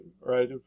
right